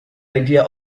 idea